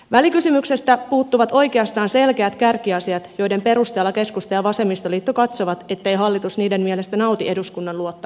välikysymyksestä puuttuvat oikeastaan selkeät kärkiasiat joiden perusteella keskusta ja vasemmistoliitto katsovat ettei hallitus niiden mielestä nauti eduskunnan luottamusta